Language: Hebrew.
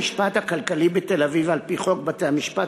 הוקם בית-המשפט הכלכלי בתל-אביב על-פי חוק בתי-המשפט